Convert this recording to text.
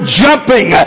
jumping